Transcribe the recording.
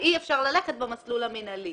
אי אפשר ללכת במסלול המינהלי.